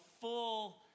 full